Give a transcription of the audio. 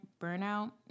burnout